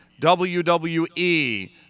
WWE